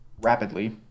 rapidly